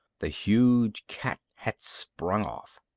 the huge cat had sprung off.